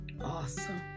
Awesome